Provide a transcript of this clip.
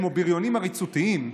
כמו בריונים עריצותיים,